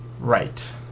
Right